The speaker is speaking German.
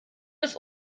des